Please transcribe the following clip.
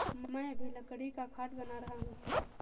मैं अभी लकड़ी का खाट बना रहा हूं